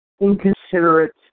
inconsiderate